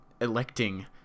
electing